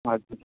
हजुर